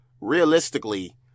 Realistically